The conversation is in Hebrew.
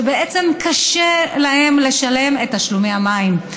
וקשה להם לשלם את תשלומי המים,